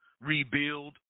rebuild